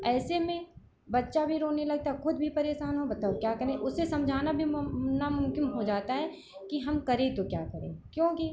ऐसे में बच्चा भी रोने लगता है खुद भी परेशान हों बताओ क्या करें उसे समझाना भी नामुमकिन हो जाता है कि हम करें तो क्या करें क्योंकि